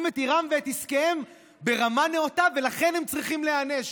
את עירם ואת עסקיהם ברמה נאותה ולכן הם צריכים להיענש.